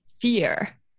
fear